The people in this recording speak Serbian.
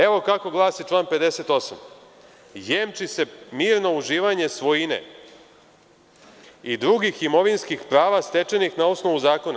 Evo kako glasi član 58. – jemči se mirno uživanje svojine i drugih imovinskih prava stečenih na osnovu zakona.